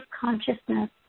consciousness